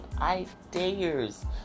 ideas